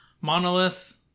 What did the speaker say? monolith